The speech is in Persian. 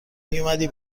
میومدی